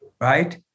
Right